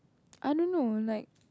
I don't know like